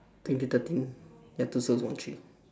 twenty thirteen ya two thousand one three